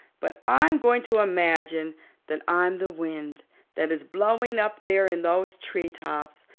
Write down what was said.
but i'm going to imagine that i'm the wind that is blowing up there in those tree tops.